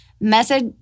message